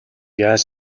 яаж